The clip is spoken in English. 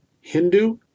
Hindu